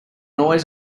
always